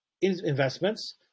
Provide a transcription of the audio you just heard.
investments